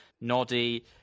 Noddy